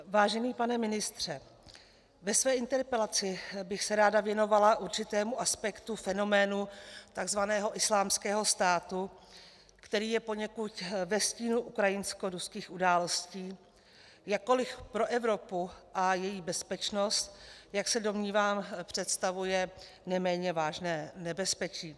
Vážený pane ministře, ve své interpelaci bych se ráda věnovala určitému aspektu fenoménu takzvaného Islámského státu, který je poněkud ve stínu ukrajinskoruských událostí, jakkoliv pro Evropu a její bezpečnost, jak se domnívám, představuje neméně vážné nebezpečí.